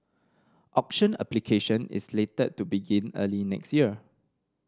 auction application is slated to begin early next year